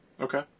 Okay